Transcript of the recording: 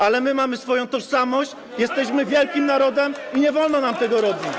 Ale my mamy swoją tożsamość, jesteśmy wielkim narodem i nie wolno nam tego robić.